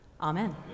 Amen